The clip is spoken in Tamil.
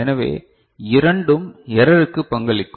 எனவே இரண்டும் எரருக்கு பங்களிக்கும்